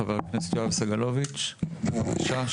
חבר הכנסת יואב סגלוביץ׳, בבקשה.